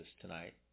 tonight